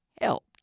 helped